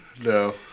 No